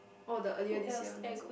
oh the earlier this year one is it